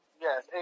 Yes